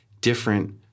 different